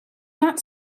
not